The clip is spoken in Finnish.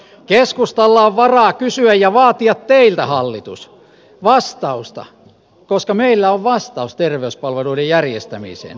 keskustalla on varaa kysyä ja vaatia teiltä hallitus vastausta koska meillä on vastaus terveyspalveluiden järjestämiseen